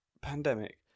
pandemic